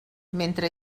mentre